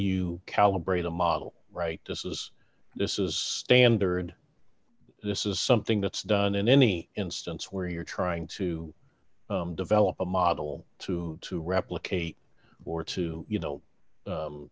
you calibrate a model right just as this is standard this is something that's done in any instance where you're trying to develop a model to to replicate or to you know